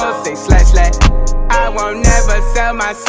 say slatt, slatt i won't never sell my